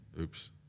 Oops